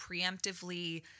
preemptively